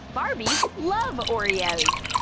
barbies love oreos!